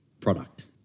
product